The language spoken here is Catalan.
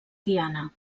diana